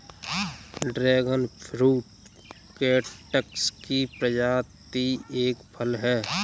dragon fruit cactus की प्रजाति का एक फल है